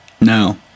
No